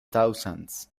thousands